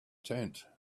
tent